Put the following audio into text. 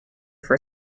for